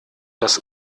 das